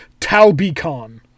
talbicon